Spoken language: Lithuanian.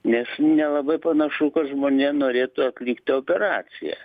nes nelabai panašu kad žmonija norėtų atlikti operaciją